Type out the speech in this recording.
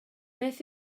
beth